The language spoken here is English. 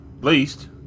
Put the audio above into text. least